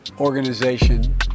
organization